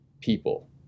people